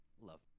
love